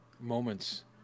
moments